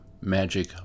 magic